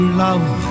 love